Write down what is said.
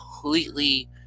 completely